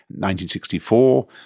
1964